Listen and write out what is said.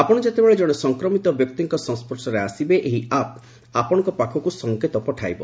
ଆପଣ ଯେତେବେଳେ କଣେ ସଂକ୍ରମିତ ବ୍ୟକ୍ତିଙ୍କ ସଂସ୍କର୍ଶ ଆସିବେ ଏହି ଆପ୍ ଆପଶଙ୍କ ପାଖକୁ ସଂକେତ ପଠାଇବ